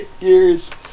years